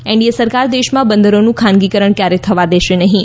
NDA સરકાર દેશમાં બંદરોનું ખાનગીકરણ ક્યારેય થવા દેશે નહીં